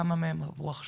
כמה מהם עברו הכשרות?